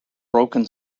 broken